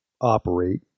operate